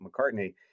McCartney